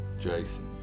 Jason